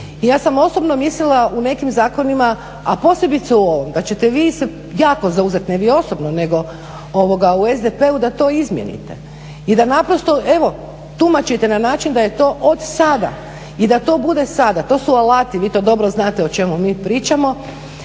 i ja sam osobno mislila u nekim zakonima, a posebice u ovom da ćete vi jako zauzet, ne vi osobno nego u SDP-u da to izmijenite i da naprosto evo tumačite na način da je to od sada i da to bude sada. To su alati, vi to dobro znate o čemu mi pričamo.